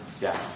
Yes